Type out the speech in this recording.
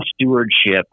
stewardship